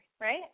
right